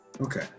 Okay